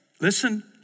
Listen